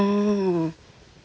um